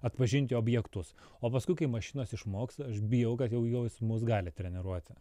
atpažinti objektus o paskui kai mašinos išmoks aš bijau kad jau jos mus gali treniruoti